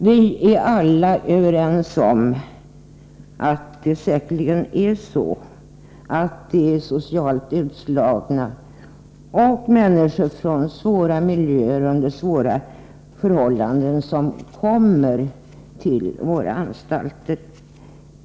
Nu är alla överens om att det säkerligen är så att det är socialt utslagna och människor från svåra miljöer och svåra förhållanden som kommer till anstalterna.